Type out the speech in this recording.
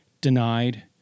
denied